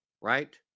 right